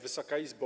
Wysoka Izbo!